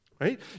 Right